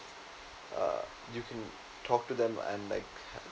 uh you can talk to them and like